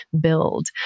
build